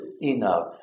enough